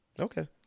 Okay